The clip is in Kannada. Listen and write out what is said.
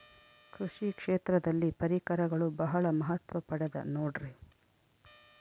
ಕೃಷಿ ಕ್ಷೇತ್ರದಲ್ಲಿ ಪರಿಕರಗಳು ಬಹಳ ಮಹತ್ವ ಪಡೆದ ನೋಡ್ರಿ?